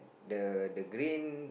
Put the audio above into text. the the green